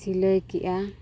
ᱥᱤᱞᱟᱹᱭ ᱠᱮᱜᱼᱟ